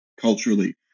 culturally